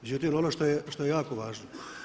Međutim, ono što je jako važno.